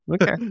Okay